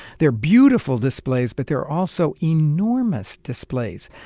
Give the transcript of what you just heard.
they are beautiful displays, but they are also enormous displays.